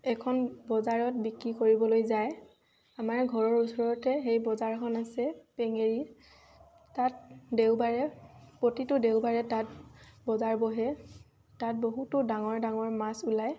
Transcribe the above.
এখন বজাৰত বিক্ৰী কৰিবলৈ যায় আমাৰ ঘৰৰ ওচৰতে সেই বজাৰখন আছে পেঙেৰী তাত দেওবাৰে প্ৰতিটো দেওবাৰে তাত বজাৰ বহে তাত বহুতো ডাঙৰ ডাঙৰ মাছ ওলায়